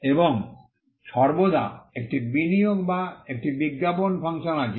এবং সর্বদা একটি বিনিয়োগ বা একটি বিজ্ঞাপন ফাংশন আছে